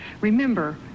Remember